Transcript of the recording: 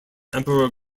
emperor